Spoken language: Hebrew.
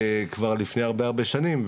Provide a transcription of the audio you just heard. כבר לפני הרבה שנים,